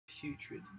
Putrid